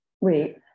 Wait